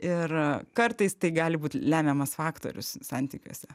ir kartais tai gali būt lemiamas faktorius santykiuose